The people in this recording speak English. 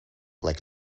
like